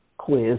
Quiz